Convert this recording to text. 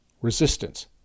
Resistance